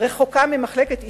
רחוקה ממחלקות האשפוז,